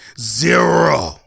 zero